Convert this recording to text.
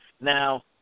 Now